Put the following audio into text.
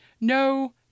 no